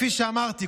כפי שאמרתי,